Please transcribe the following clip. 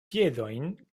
piedojn